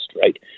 right